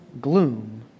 gloom